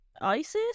Isis